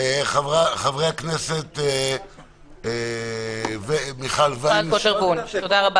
חברת הכנסת מיכל וונש, בבקשה.